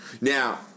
Now